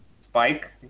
spike